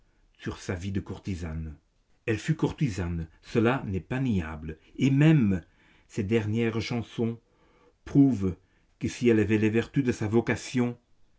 sur sa vie de courtisane elle fut courtisane cela n'est pas niable et même ses dernières chansons prouvent que si elle avait les vertus de sa vocation